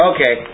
Okay